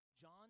John